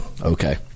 okay